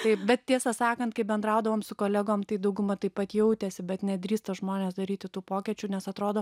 taip bet tiesą sakant kai bendraudavom su kolegom tai dauguma taip pat jautėsi bet nedrįsta žmonės daryti tų pokyčių nes atrodo